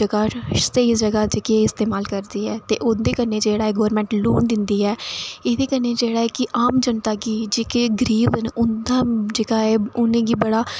जगह स्हेई जगह इस्तेमाल करदी ऐ ते उं'दे कन्नै जेह्ड़ा गौरमेंट लोन दिंदी ऐ एह्दे कन्नै ऐ कि आम जनता जेह्ड़े गरीब न उं'दा जेह्का ऐ उ'नेंगी बड़ा